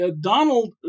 Donald